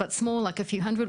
לא אלפים אלא קטנות כמו מספר מאות,